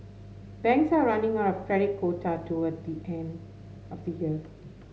banks are running out of credit quota toward the end of the year